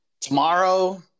tomorrow